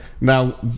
Now